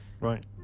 Right